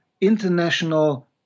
international